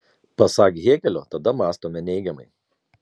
pasak hėgelio tada mąstome neigiamai